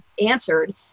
answered